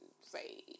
say